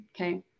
Okay